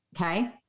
okay